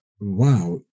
wow